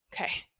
Okay